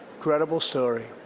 incredible story.